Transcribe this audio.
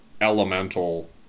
elemental